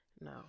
No